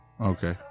Okay